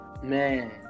Man